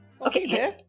okay